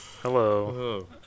Hello